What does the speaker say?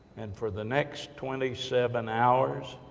and for the next twenty seven hours,